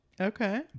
Okay